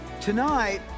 Tonight